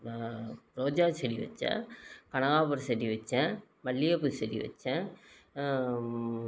ரோஜாச்செடி வச்சேன் கனகாம்பரம் செடி வச்சேன் மல்லிகைப்பூ செடி வச்சேன்